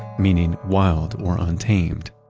meaning wild or untamed.